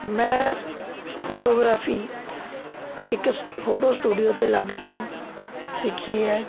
ਮੈਂ ਫੋਟੋਗ੍ਰਾਫੀ ਇੱਕ photo studio 'ਤੇ ਲੱਗ ਕੇ ਸਿੱਖੀ ਹੈ